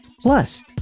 Plus